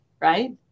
right